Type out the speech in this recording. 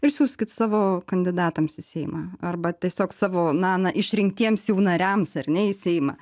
ir siųskit savo kandidatams į seimą arba tiesiog savo na na išrinktiems jau nariams ar ne į seimą